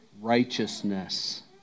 righteousness